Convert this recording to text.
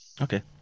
okay